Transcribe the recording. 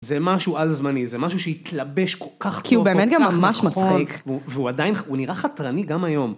זה משהו על-זמני, זה משהו שהתלבש כל כך קרוב, כל כך נכון. כי הוא באמת גם ממש מצחיק. והוא עדיין, הוא נראה חתרני גם היום.